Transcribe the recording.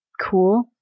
cool